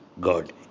God